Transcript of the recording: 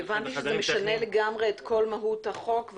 זה משנה לגמרי את כל מהות החוק,